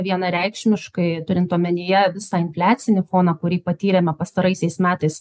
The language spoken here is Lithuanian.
vienareikšmiškai turint omenyje visą infliacinį foną kurį patyrėme pastaraisiais metais